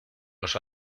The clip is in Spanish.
los